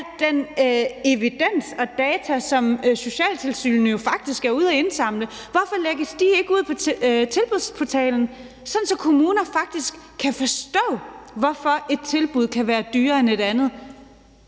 den evidens og de data, som Socialtilsynet jo faktisk er ude at indsamle, ud på Tilbudsportalen, sådan at kommuner faktisk kan forstå, hvorfor et tilbud kan være dyrere end et andet?